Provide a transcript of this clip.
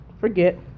forget